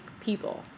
people